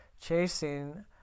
chasing